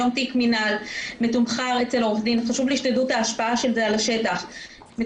היום תיק מינהל מתומחר אצל עורך דין,